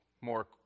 More